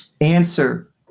answer